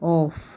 off